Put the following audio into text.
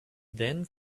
then